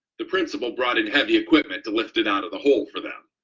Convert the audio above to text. the principal brought in heavy equipment to lift it out of the hole for them.